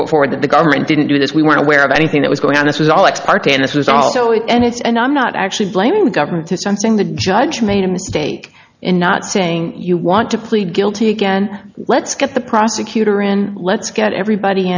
put forward that the government didn't do this we weren't aware of anything that was going on it was all it's part and this was also it and it's and i'm not actually blaming the government to something the judge made a mistake in not saying you want to plead guilty again let's get the prosecutor in let's get everybody